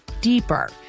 deeper